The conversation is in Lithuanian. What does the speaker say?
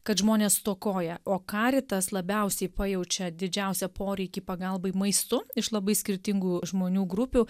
kad žmonės stokoja o karitas labiausiai pajaučia didžiausią poreikį pagalbai maistu iš labai skirtingų žmonių grupių